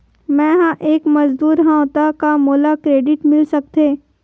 मैं ह एक मजदूर हंव त का मोला क्रेडिट मिल सकथे?